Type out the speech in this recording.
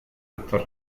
actor